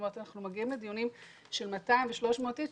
אנחנו מגיעים לדיונים של 200 ו-300 איש,